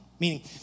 Meaning